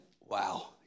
wow